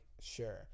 sure